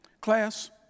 Class